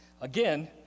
Again